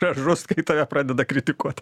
gražus kai tave pradeda kritikuot